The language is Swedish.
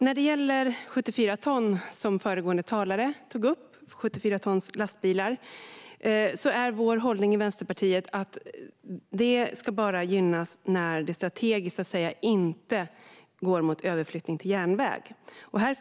När det gäller 74 tons lastbilar, som föregående talare tog upp, är vår hållning i Vänsterpartiet att detta bara ska gynnas när det strategiskt inte går mot överflyttning till järnväg.